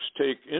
take